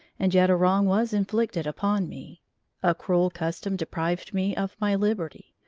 and yet a wrong was inflicted upon me a cruel custom deprived me of my liberty,